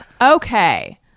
Okay